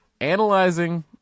analyzing